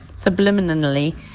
subliminally